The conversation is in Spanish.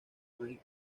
may